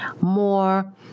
more